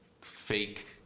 fake